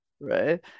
Right